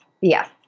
Yes